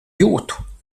jūtu